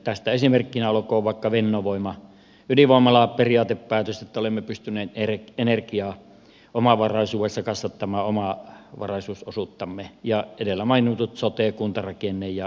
tästä esimerkkinä olkoot vaikka fennovoima ydinvoimalaperiaatepäätös että olemme pystyneet energiassa kasvattamaan omavaraisuusosuuttamme ja edellä mainitut sote kuntarakenne ja valtionosuusuudistus